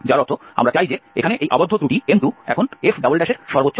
যার অর্থ আমরা চাই যে এখানে এই আবদ্ধ ত্রুটি M2 এখন f এর সর্বোচ্চ